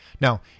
Now